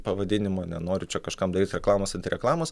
pavadinimo nenoriu čia kažkam daryti reklamos anti reklamos